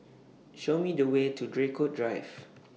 Show Me The Way to Draycott Drive